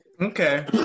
Okay